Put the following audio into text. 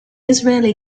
israeli